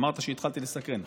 אמרת שהתחלתי לסקרן,